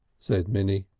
said minnie.